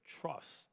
trust